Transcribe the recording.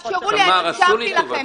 תמר, עשו לי טובה.